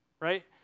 Right